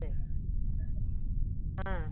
சரி ஆ